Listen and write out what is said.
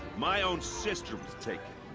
my own sister was taken.